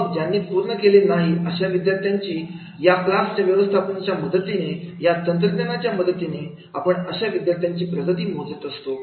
मग ज्यांनी पूर्ण काम केले नाही अशा विद्यार्थ्यांसाठी या क्लास व्यवस्थापनाच्या मदतीने या तंत्रज्ञानाच्या मदतीने आपण अशा विद्यार्थ्यांची प्रगती मोजत असतो